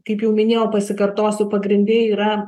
kaip jau minėjau pasikartosiu pagrinde yra